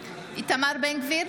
איתמר בן גביר,